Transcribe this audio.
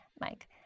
Mike